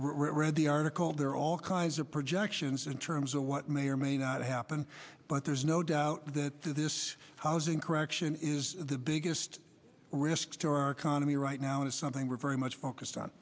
read the article there are all kinds of projections in terms of what may or may not happen but no doubt that this housing correction is the biggest risk to our economy right now is something we're very much focused on